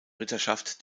ritterschaft